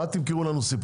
אבל אל תמכרו לנו סיפורים,